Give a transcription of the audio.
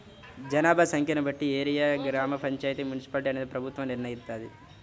జనాభా సంఖ్యను బట్టి ఏరియాని గ్రామ పంచాయితీ, మున్సిపాలిటీ అనేది ప్రభుత్వం నిర్ణయిత్తది